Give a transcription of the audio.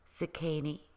zucchini